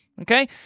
Okay